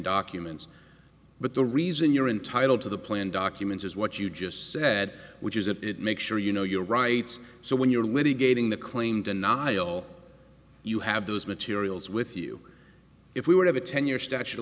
documents but the reason you're entitled to the plan documents is what you just said which is a bit make sure you know your rights so when you're litigating the claim denial you have those materials with you if we would have a ten year statute of